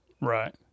Right